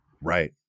Right